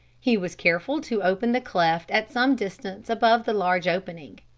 he was careful to open the cleft at some distance above the large opening.